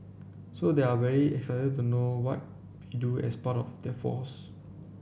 so they're very excited to know what we do as part of the force